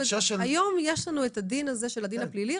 היום יש לנו הדין הזה של הדין הפלילי,